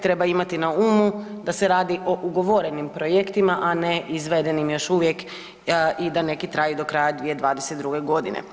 Treba imati na umu da se radi o ugovorenim projektima a ne izvedenim još uvijek i da neki traju do kraja 2022. godine.